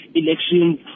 elections